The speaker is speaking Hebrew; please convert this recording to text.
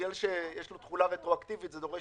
בגלל שיש תחולה לו רטרואקטיבית זה דורש